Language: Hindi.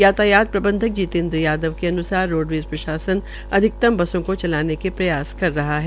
यातायात प्रबंधक जितेन्द्र यादव के अन्सार रोडवेज़ प्रशासन अधिकतम बसों को चलाने के प्रयास कर रहा है